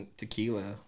tequila